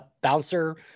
bouncer